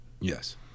yes